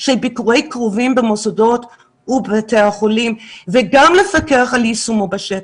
של ביקורי קרובים במוסדות ובבתי החולים וגם לפקח על יישומו בשטח.